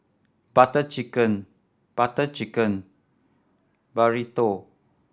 Butter Chicken Butter Chicken Burrito